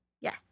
Yes